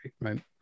right